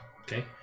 Okay